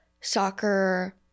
soccer